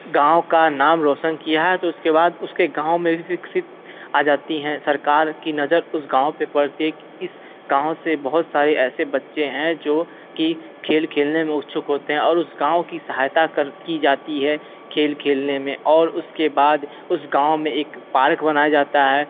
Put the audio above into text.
गांव का नाम रौशन किया है तो इसके बाद उसके गांव में भी विकसित आ जाती हैं सरकार की नजर उस गांव पर पड़ती है इस गांव से बहुत सारे ऐसे बच्चे हैं जो की खेल खेलने में उत्सुक होते हैं और उस गांव की सहायता की जाती है खेल खेलने में और उसके बाद उस गांव में एक पार्क बनाया जाता है